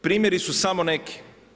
Primjeri su samo neki.